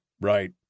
right